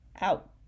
out